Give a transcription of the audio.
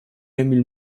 emil